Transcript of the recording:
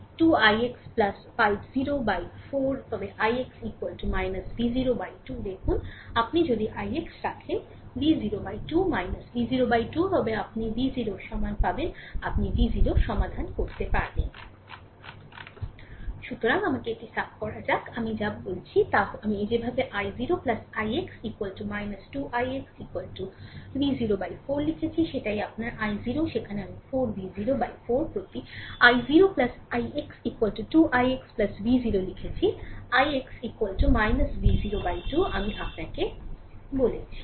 সুতরাং 2 ix V0 4 তবে ix V0 2 দেখুন আপনি যদি ix রাখেন এখানে V0 2 V0 2 তবে আপনি V0 এর মান পাবেন আপনি V0 এর সমাধান করতে পারেন সুতরাং আমাকে এটি সাফ করা যাক তাই আমি যা কিছু বলেছি তা হল আমি যেভাবে i0 ix 2 ix V0 4 লিখেছি সেটাই আপনার i0 সেখানে আমি 4 V0 4 প্রতি i0 ix 2 ix V0 লিখেছি ix V0 2 আমি আপনাকে বলেছি